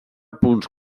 punts